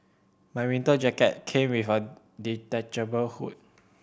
my winter jacket came with a detachable hood